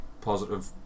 positive